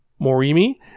Morimi